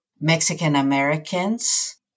Mexican-Americans